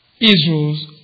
Israel's